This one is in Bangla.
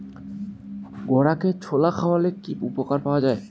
ঘোড়াকে ছোলা খাওয়ালে কি উপকার পাওয়া যায়?